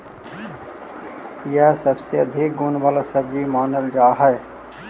यह सबसे अधिक गुण वाला सब्जी मानल जा हई